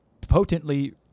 potently